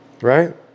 right